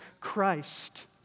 Christ